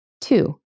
Two